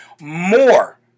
more